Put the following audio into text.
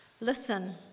listen